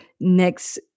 next